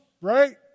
right